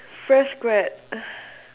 fresh grad